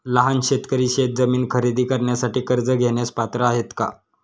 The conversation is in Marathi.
लहान शेतकरी शेतजमीन खरेदी करण्यासाठी कर्ज घेण्यास पात्र आहेत का?